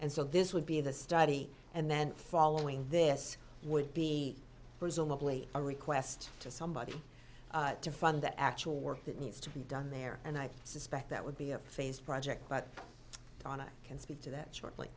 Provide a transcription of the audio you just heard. and so this would be the study and then following this would be presumably a request to somebody to fund the actual work that needs to be done there and i suspect that would be a phased project but donna can speak to that short